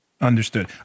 Understood